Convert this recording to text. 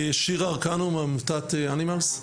שירה הרצנו מעמותת אנימלס.